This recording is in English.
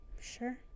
Sure